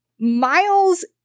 Miles